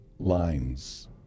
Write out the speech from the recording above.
lines